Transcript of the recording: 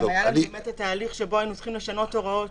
גם היה לנו את ההליך שבו היו צריכים לשנות הוראות